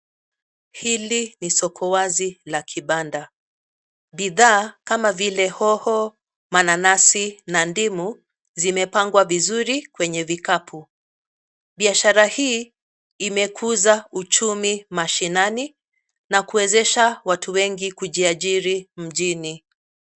Hili ni soko wazi la kibanda. Bidhaa kama vile: hoho, mananasi na ndimu zimepangwa vizuri kwenye vikapu. Biashara hii imekuza uchumi mashinani na kuwezesha watu wengi kujiajiri mjini.